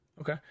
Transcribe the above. okay